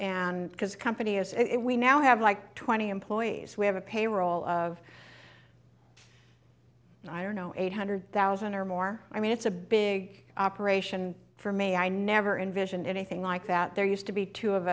because company is it we now have like twenty employees we have a payroll of i don't know eight hundred thousand or more i mean it's a big operation for me i never envisioned anything like that there used to be two of